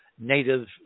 native